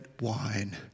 wine